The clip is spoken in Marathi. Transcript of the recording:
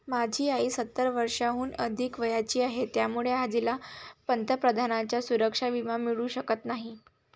माझी आजी सत्तर वर्षांहून अधिक वयाची आहे, त्यामुळे आजीला पंतप्रधानांचा सुरक्षा विमा मिळू शकत नाही